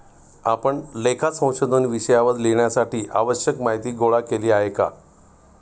आपण लेखा संशोधन विषयावर लिहिण्यासाठी आवश्यक माहीती गोळा केली आहे का?